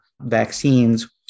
vaccines